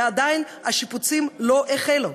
ועדיין השיפוצים לא החלו,